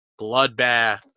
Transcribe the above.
bloodbath